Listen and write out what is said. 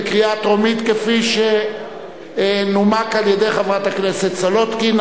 כפי שנומקה על-ידי חברת הכנסת סולודקין,